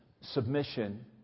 submission